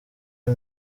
uyu